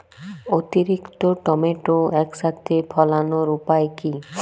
অতিরিক্ত টমেটো একসাথে ফলানোর উপায় কী?